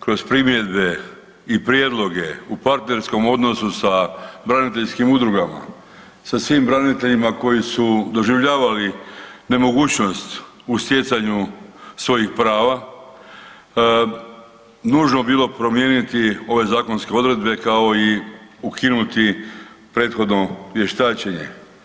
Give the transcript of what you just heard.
kroz primjedbe i prijedloge u partnerskom odnosu sa braniteljskim udrugama, sa svim braniteljima koji su doživljavali nemogućnost u stjecanju svojih prava, nužno bili promijeniti ove zakonske odredbe kao i ukinuti prethodno vještačenje.